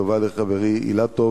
תודה לחברי אילטוב